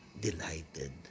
delighted